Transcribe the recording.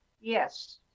yes